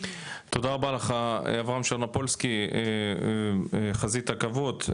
תודה רבה לך, אברהם שרנופולסקי, חזית עכבות.